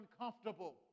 uncomfortable